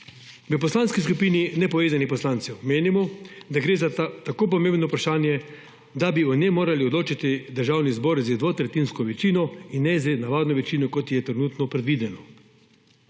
V Poslanski skupini nepovezanih poslancev menimo, da gre za tako pomembno vprašanje, da bi o njem moral odločati Državni zbor z dvotretjinsko večino in ne z navadno večino, kot je trenutno predvideno.